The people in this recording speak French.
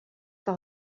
par